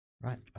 Right